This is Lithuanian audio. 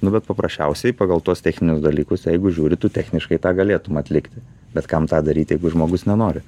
nu bet paprasčiausiai pagal tuos techninius dalykus jeigu žiūri tu techniškai tą galėtum atlikti bet kam tą daryti jeigu žmogus nenori